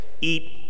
eat